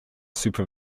super